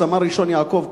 סמל ראשון יעקב,